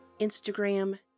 instagram